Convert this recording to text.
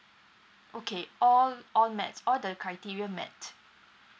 okay all all met all the criteria met